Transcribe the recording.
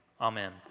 Amen